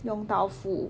yong tau foo